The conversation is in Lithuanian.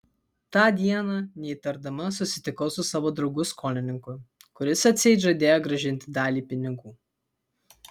tą dieną neįtardama susitikau su savo draugu skolininku kuris atseit žadėjo grąžinti dalį pinigų